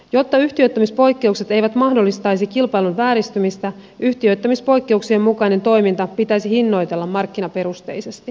jotta yhtiöittämispoikkeukset eivät mahdollistaisi kilpailun vääristymistä yhtiöittämispoikkeuksien mukainen toiminta pitäisi hinnoitella markkinaperusteisesti